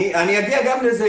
אגיע גם לזה,